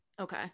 Okay